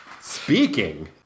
Speaking